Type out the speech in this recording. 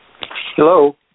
hello